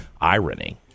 irony